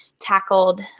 tackled